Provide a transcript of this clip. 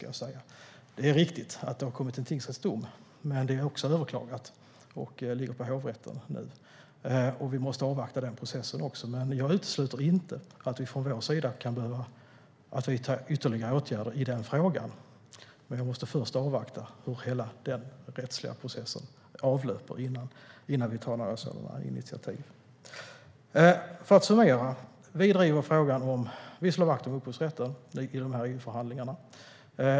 Det är riktigt att det kommit en tingsrättsdom, men den har överklagats och ärendet ligger nu i hovrätten. Vi måste avvakta den processen. Jag utesluter inte att vi från vår sida kan behöva vidta ytterligare åtgärder i den frågan, men innan vi tar några sådana initiativ måste vi avvakta och se hur den rättliga processen avlöper. Låt mig summera: Vi slår vakt om upphovsrätten i EU-förhandlingarna.